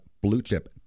blue-chip